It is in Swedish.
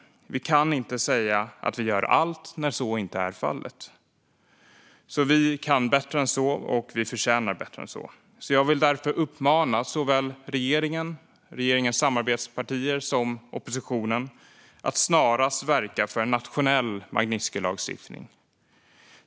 Vi kan inte säga att vi gör allt när så inte är fallet. Vi kan alltså bättre än så, och vi förtjänar bättre än så. Jag vill därför uppmana regeringen, regeringens samarbetspartier och oppositionen att snarast verka för en nationell Magnitskijlagstiftning.